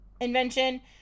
invention